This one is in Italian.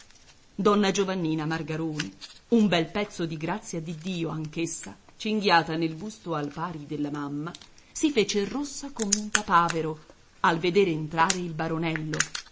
donna giovannina margarone un bel pezzo di grazia di dio anch'essa cinghiata nel busto al pari della mamma si fece rossa come un papavero al vedere entrare il baronello